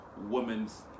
women's